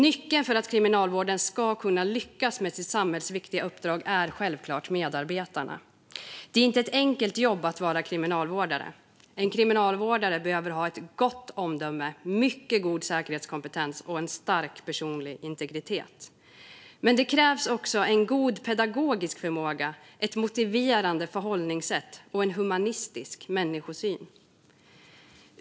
Nyckeln för att Kriminalvården ska kunna lyckas med sitt samhällsviktiga uppdrag är självklart medarbetarna. Det är inte ett enkelt jobb att vara kriminalvårdare. En kriminalvårdare behöver ha gott omdöme, mycket god säkerhetskompetens och stark personlig integritet. Men det krävs också god pedagogisk förmåga, ett motiverande förhållningssätt och en humanistisk människosyn.